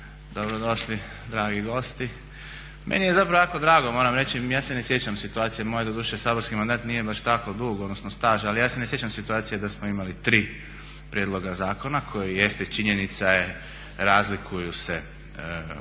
dobro došli dragi gosti. Meni je zapravo jako drago moram reći, ja se ne sjećam situacije, moj doduše saborski mandat nije baš tako dugo, odnosno staž, ali ja se ne sjećam situacije da smo imali tri prijedloga zakona koji jeste činjenica je razlikuju se u